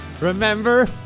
Remember